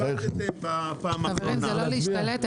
זה לא להשתלט.